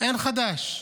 אין חדש.